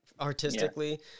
artistically